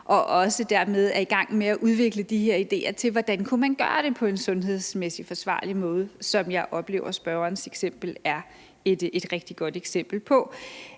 gang og dermed også er i gang med at udvikle ideer til, hvordan man kan gøre det på en sundhedsmæssigt forsvarlig måde, sådan som jeg oplever at spørgsmålet er et rigtig godt eksempel på.